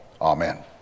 amen